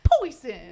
Poison